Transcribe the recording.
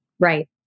Right